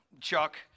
Chuck